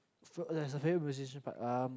for there's a favorite musician part um